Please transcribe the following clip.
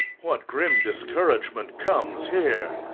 what grim discouragement comes here!